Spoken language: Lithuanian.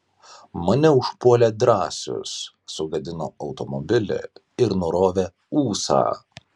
mane užpuolė drąsius sugadino automobilį ir nurovė ūsą